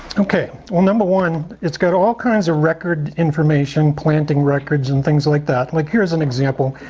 okay, well number one, it's got all kinds of record information, planting records, and things like that. like here's an example.